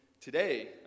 Today